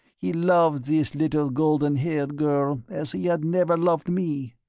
he loved this little golden-haired girl as he had never loved me.